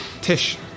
Tish